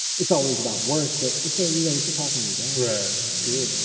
it's always about work, but it's still, you know you're still talking to your dad right. that's good,